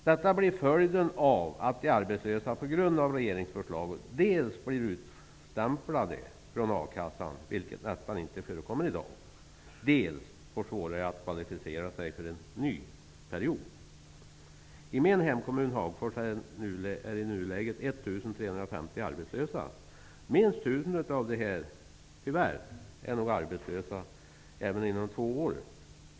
Detta blir följden av att de arbetslösa genom regeringsförslaget dels blir utstämplade från a-kassan, vilket nästan inte förekommer i dag, dels får svårare att kvalificera sig för en ny akasseperiod. I min hemkommun Hagfors är i nuläget 1 350 personer arbetslösa. Minst 1 000 av dem är nog tyvärr fortfarande arbetslösa om två år.